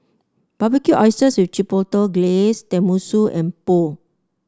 Barbecue Oysters with Chipotle Glaze Tenmusu and Pho